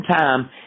time